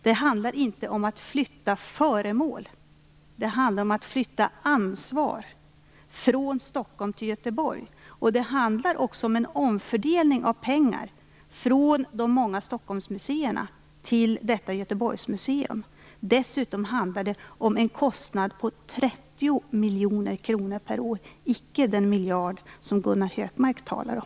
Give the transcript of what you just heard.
Det handlar inte om att flytta föremål. Det handlar om att flytta ansvar från Stockholm till Göteborg. Och det handlar om en omfördelning av pengar från de många Stockholmsmuseerna till detta Göteborgsmuseum. Dessutom handlar det om en kostnad på 30 miljoner kronor per år och icke om den miljard som Gunnar Hökmark talar om.